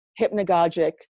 hypnagogic